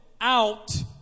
out